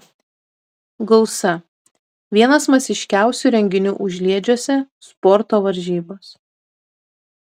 gausa vienas masiškiausių renginių užliedžiuose sporto varžybos